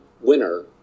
winner